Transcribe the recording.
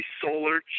solar